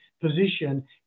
position